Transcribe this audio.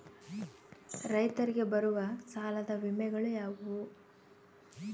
ರೈತರಿಗೆ ಬರುವ ಸಾಲದ ವಿಮೆಗಳು ಯಾವುವು?